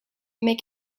mais